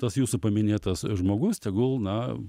tas jūsų paminėtas žmogus tegul na